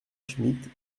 schmid